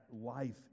life